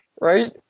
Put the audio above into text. Right